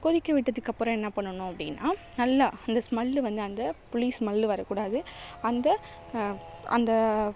கொதிக்க விட்டதுக்கப்புறம் என்ன பண்ணணும் அப்படின்னா நல்லா அந்த ஸ்மெல்லு வந்து அந்த புளி ஸ்மெல்லு வரக்கூடாது அந்த அந்த